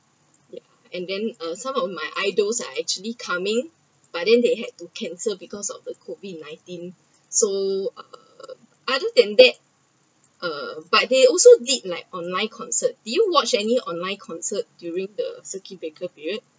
ya and then uh some of my idols are actually coming but then they had to cancelled because of the COVID nineteen so uh other than that uh but they also did like online concert did you watch any online concert during the circuit breaker period